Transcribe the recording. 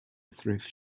thrift